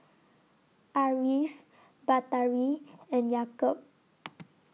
Ariff Batari and Yaakob